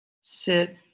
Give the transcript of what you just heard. sit